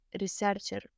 researcher